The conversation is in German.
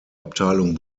abteilung